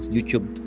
YouTube